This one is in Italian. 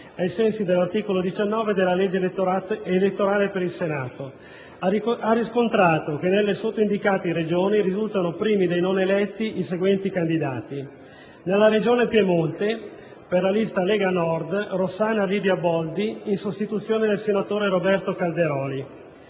ai sensi dell'articolo 19 della legge elettorale per il Senato, ha riscontrato che nelle sottoindicate Regioni risultano primi dei non eletti i seguenti candidati: nella Regione Piemonte, per la lista "Lega Nord", Rossana Lidia Boldi, in sostituzione del senatore Roberto Calderoli;